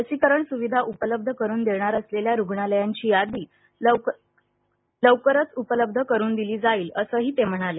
लसीकरण सुविधा उपलब्ध करुन देणार असलेल्या रुग्णालयांची यादी लवकरच उपलब्ध करुन दिली जाईल असंही ते म्हणाले